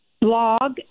blog